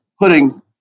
putting